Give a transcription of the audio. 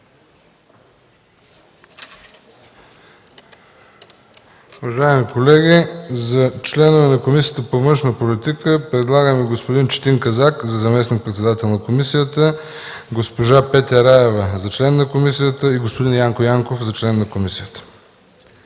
Уважаеми колеги, за членове на Комисията по външна политика предлагаме господин Четин Казак за заместник-председател на комисията, госпожа Петя Раева – за член на комисията, и господин Янко Янков – за член на комисията.